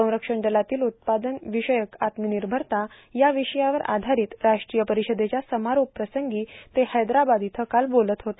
संरक्षण दलातील उत्पादन विषयक आत्मनिर्भरता या विषयावर आधारित राष्ट्रीय परिषदेच्या समारोप प्रसंगी ते हैद्राबाद इथं काल बोलत होते